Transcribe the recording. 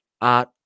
Art